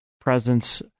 presence